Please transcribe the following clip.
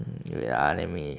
ya wait ah let me